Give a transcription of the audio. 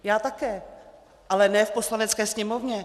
Já také, ale ne v Poslanecké sněmovně.